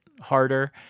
harder